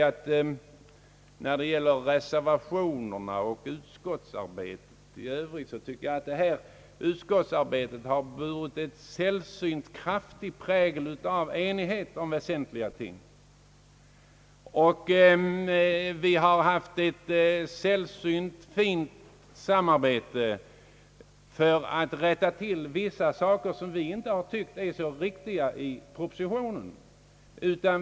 Vad beträffar reservationerna och utskottsarbetet i övrigt anser jag att detta arbete har präglats av en sällsynt enighet om väsentliga ting. Vi har haft ett mycket fint samarbete för att rätta till vissa saker, som vi har tyckt inte varit så riktiga i propositionen.